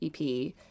EP